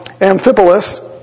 Amphipolis